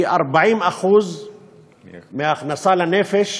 היא 40% מההכנסה לנפש